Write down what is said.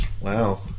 Wow